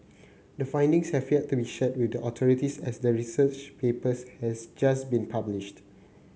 the findings have yet to be shared with the authorities as the research papers has just been published